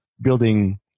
building